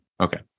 okay